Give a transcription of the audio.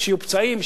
שיהיו פצעים,